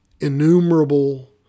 innumerable